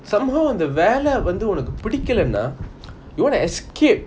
somehow அந்த வேல வந்து உன்னக்கு பிடிக்கலைன்னா:antha vela vanthu unnaku pidikalana you want to escape